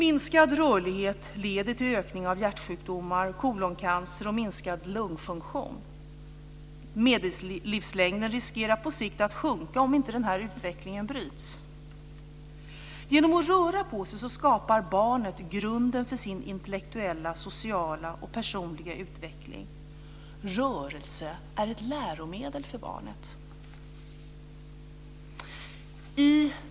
Minskad rörlighet leder till en ökning av hjärtsjukdomar och coloncancer och till en minskad lungfunktion. Medellivslängden riskerar på sikt att sjunka om inte den här utvecklingen bryts. Genom att röra på sig skapar barnet grunden för sin intellektuella, sociala och personliga utveckling. Rörelse är ett läromedel för barnet.